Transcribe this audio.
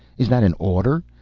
is that an order?